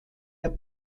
der